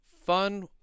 fun